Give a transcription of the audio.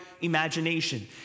imagination